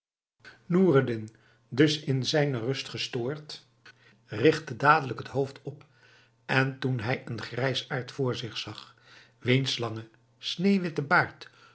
noureddin dus in zijne rust gestoord rigtte dadelijk het hoofd op en toen hij een grijsaard voor zich zag wiens langen sneeuwwitten baard